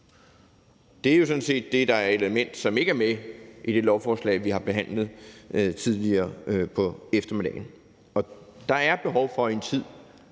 af egen indkomst. Det er et element, som ikke er med i det lovforslag, vi har behandlet tidligere på eftermiddagen. Og der er behov for i en tid,